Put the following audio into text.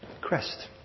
crest